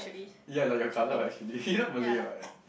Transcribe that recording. ya like your colour actually you're not malay what